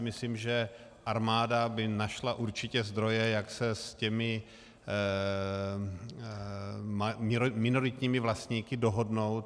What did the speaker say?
Myslím si, že armáda by našla určitě zdroje, jak se s těmi minoritními vlastníky dohodnout.